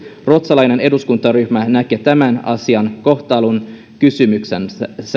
ruotsalainen eduskuntaryhmä näkee tämä asian kohtalonkysymyksenä